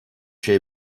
şey